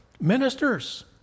Ministers